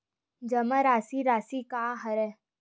जमा राशि राशि का हरय?